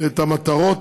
את המטרות